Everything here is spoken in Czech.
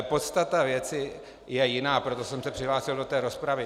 Podstata věci je ale jiná, proto jsem se přihlásil do rozpravy.